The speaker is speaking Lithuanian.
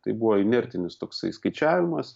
tai buvo inertinis toksai skaičiavimas